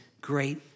great